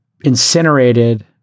incinerated